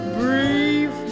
brief